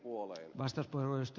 arvoisa herra puhemies